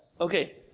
Okay